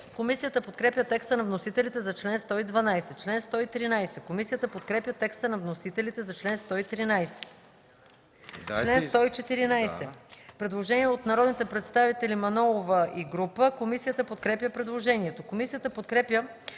Комисията подкрепя текста на вносителите за чл. 112. Комисията подкрепя текста на вносителите за чл. 113. Член 114 – предложение от народния представител Мая Манолова и група народни представители. Комисията подкрепя предложението. Комисията подкрепя